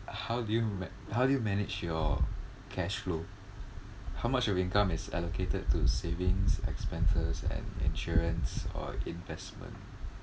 how do you m~ how do you manage your cash flow how much of your income is allocated to savings expenses and insurance or investments